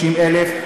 3.36 מיליון,